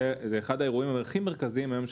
זה אחד האירועים הכי מרכזיים היום,